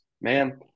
man